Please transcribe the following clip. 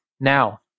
Now